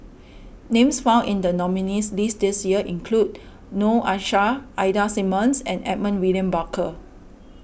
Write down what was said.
names found in the nominees list this year include Noor Aishah Ida Simmons and Edmund William Barker